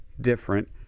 different